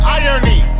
irony